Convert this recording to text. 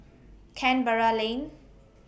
Canberra Lane